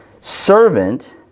servant